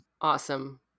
Awesome